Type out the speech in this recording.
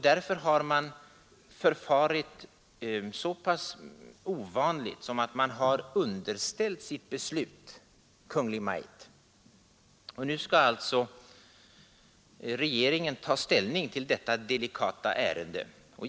Därför har man gjort något så pass ovanligt som att underställa sitt beslut Kungl. Maj:t. Nu skall alltså regeringen ta ställning till detta delikata ärende.